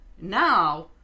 now